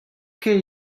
ket